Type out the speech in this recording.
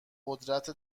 قدرت